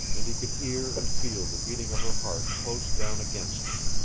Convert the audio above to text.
and he could hear and feel the beating of her heart close down against him.